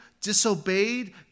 disobeyed